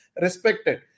respected